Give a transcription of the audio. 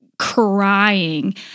crying